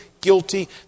guilty